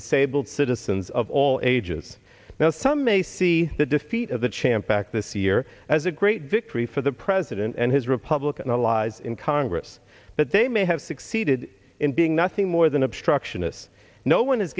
disabled citizens of all ages now some may see the defeat of the champ back this year as a great victory for the president and his republican allies in congress but they may have succeeded in being nothing more than obstructionists no one